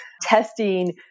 testing